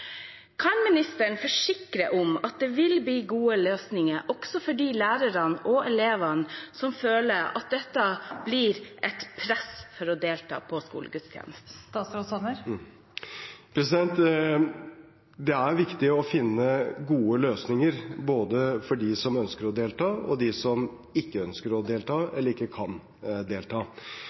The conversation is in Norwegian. Kan ministeren forsikre om at det vil bli gode løsninger også for de lærerne og elevene som føler at dette blir et press for å delta i skolegudstjeneste? Det er viktig å finne gode løsninger både for dem som ønsker å delta, og for dem som ikke ønsker eller ikke kan delta.